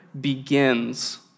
begins